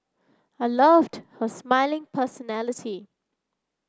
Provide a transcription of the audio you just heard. I loved her smiling personality